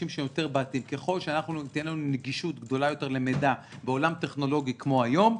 ככל שתהיה לנו נגישות גדולה יותר למידע בעולם טכנולוגי כמו היום,